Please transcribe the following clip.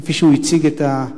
כפי שהוא הציג את המועמד: